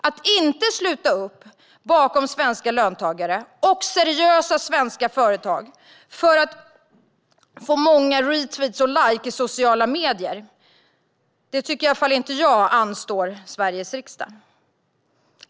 Att inte sluta upp bakom svenska löntagare och seriösa svenska företag för att man vill ha många retweets och likes i sociala medier tycker i alla fall inte jag anstår Sveriges riksdag.